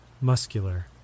muscular